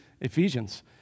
Ephesians